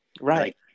Right